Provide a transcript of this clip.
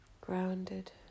grounded